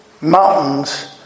mountains